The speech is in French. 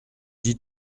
dis